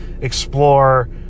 explore